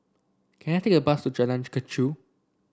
can I take a bus to Jalan Kechil